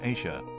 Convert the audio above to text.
Asia